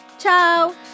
Ciao